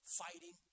fighting